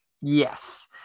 Yes